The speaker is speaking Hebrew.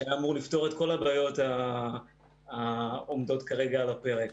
שהיה אמור לפתור את כל הבעיות שעומדות כרגע על הפרק.